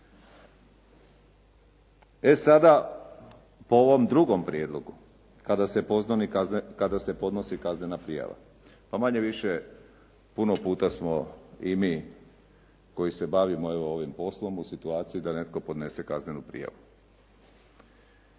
E sada, po ovom drugom prijedlogu, kada se podnosi kaznena prijava. Pa manje-više, puno puta smo i mi koji se bavimo evo ovim poslom u situaciji da netko podnese kaznenu prijavu.